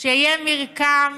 שיהיה מרקם